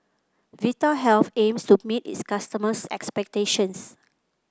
vitahealth aims to meet its customers' expectations